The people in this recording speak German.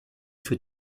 für